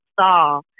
saw